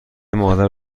مادر